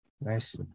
Nice